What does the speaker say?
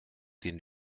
den